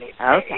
Okay